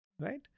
right